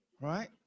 right